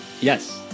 Yes